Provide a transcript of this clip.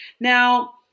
Now